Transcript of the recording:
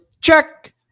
Check